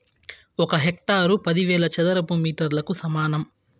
ఒక హెక్టారు పదివేల చదరపు మీటర్లకు సమానం